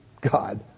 God